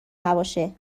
نباشه